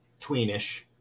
tweenish